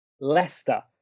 Leicester